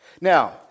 Now